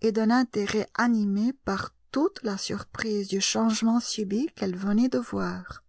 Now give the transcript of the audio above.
et d'un intérêt animé par toute la surprise du changement subit qu'elle venait de voir